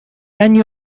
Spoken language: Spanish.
año